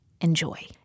Enjoy